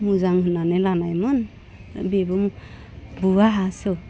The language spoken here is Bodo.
मोजां होन्नानै लानायमोन बेबो बुवासो